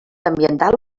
ambiental